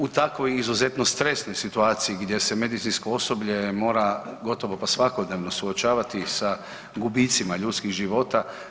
U takvoj izuzetno stresnoj situaciji gdje se medicinsko osoblje mora gotovo pa svakodnevno suočavati sa gubicima ljudskih života.